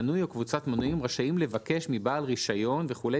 מנוי או קבוצת מינויים רשאים לבקש מבעל רישיון וכולי,